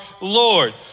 Lord